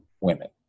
women